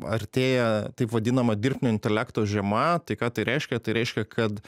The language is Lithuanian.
artėja taip vadinama dirbtinio intelekto žiema tai ką tai reiškia tai reiškia kad